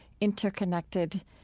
interconnected